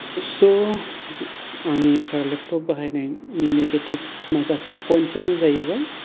स' आंनि एसार लेपतप बाहायनायनि निगेतिभ्स माखासे पयन्त्स आ नो जाहैबाय